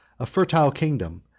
a fertile kingdom,